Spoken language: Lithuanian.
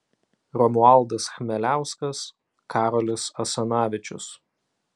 romualdas chmeliauskas karolis asanavičius